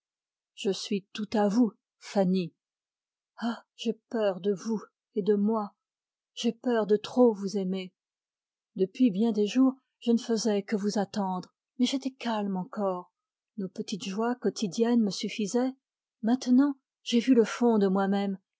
je suis tout à vous fanny ah j'ai peur de trop vous aimer depuis bien des jours je ne faisais que vous attendre mais j'étais calme encore nos petites joies quotidiennes me suffisaient maintenant j'ai vu le fond de moi-même